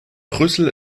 brüssel